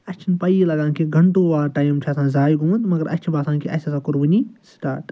اسہِ چھُنہٕ پایی لگان کہِ گنٹو وادٕ ٹایِم چھُ آسان زایہِ گوٚمُت مگر اسہِ چھُ باسان اسہِ ہسا کوٚر ؤنۍ سٹارٹ